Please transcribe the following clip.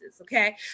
Okay